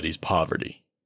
poverty